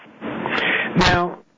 Now